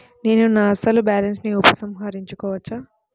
నేను నా అసలు బాలన్స్ ని ఉపసంహరించుకోవచ్చా?